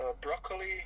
broccoli